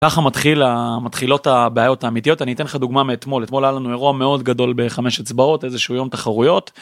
ככה מתחיל ה.. מתחילות הבעיות האמיתיות אני אתן לך דוגמה מאתמול אתמול היה לנו אירוע מאוד גדול בחמש אצבעות איזשהו יום תחרויות.